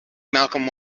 malcolm